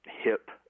hip